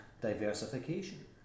diversification